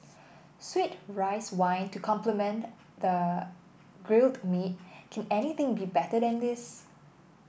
sweet rice wine to complement the grilled meat can anything be better than this